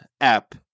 app